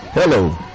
Hello